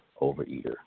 overeater